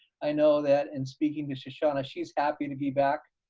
i know that in speaking to shoshana, she's happy to be back.